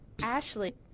Ashley